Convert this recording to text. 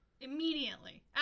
Immediately